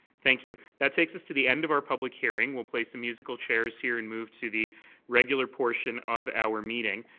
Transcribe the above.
thank you. that takes us to the end of our public hearing. we'll play some musical chairs here and move to the regular portion of our meeting.